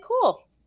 cool